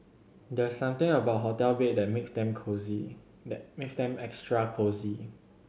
there's something about hotel bed that makes them cosy that makes them extra cosy